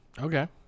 Okay